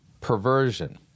perversion